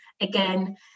Again